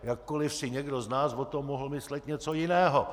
Jakkoliv si někdo z nás o tom mohl myslet něco jiného.